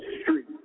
street